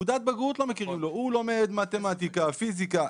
הוא לומד מתמטיקה, פיזיקה.